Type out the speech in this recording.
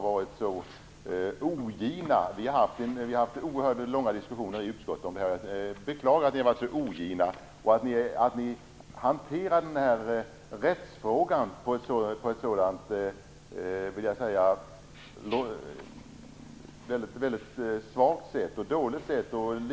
Jag beklagar att ni socialdemokrater har varit så ogina och att ni hanterat denna rättsfråga på ett så svagt och dåligt sätt.